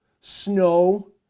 snow